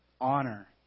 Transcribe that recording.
honor